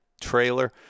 trailer